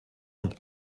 und